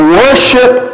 worship